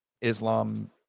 Islam